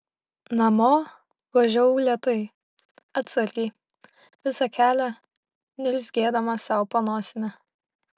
namo važiavau lėtai atsargiai visą kelią niurzgėdama sau po nosimi